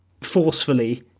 forcefully